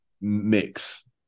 mix